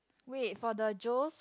wait for the Joe's